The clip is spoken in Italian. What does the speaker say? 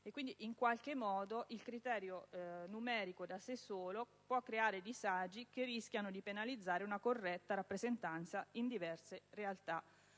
e quindi, in qualche modo, il criterio numerico di per sé solo può creare disagi che rischiano di penalizzare una corretta rappresentanza in diverse realtà